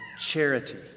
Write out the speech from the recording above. Charity